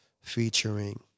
featuring